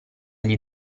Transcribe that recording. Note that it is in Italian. gli